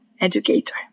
educator